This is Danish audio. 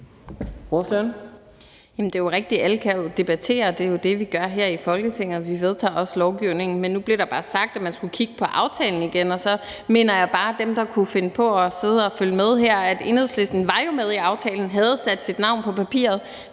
Det er jo rigtigt, at alle kan debattere. Det er jo det, vi gør her i Folketinget, og vi vedtager også lovgivning. Men nu blev der bare sagt, at man skulle kigge på aftalen igen. Og så vil jeg bare sige til dem, der kunne finde på at sidde og følge med her, at Enhedslisten jo var med i aftalen, havde sat sit navn på papiret,